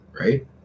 right